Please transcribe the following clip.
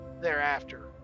thereafter